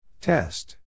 Test